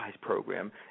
program